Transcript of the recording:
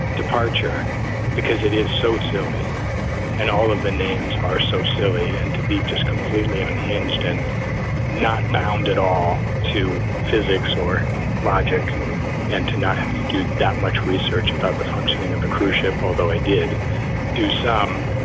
departure because it is so silly and all of the names are so silly. and to be just completely unhinged and not bound at all to physics or logic and to not have to do that much research about the functioning of a cruise ship, although i did do some,